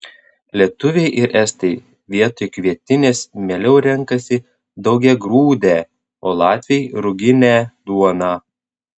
lietuviai ir estai vietoj kvietinės mieliau renkasi daugiagrūdę o latviai ruginę duoną